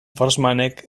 forssmanek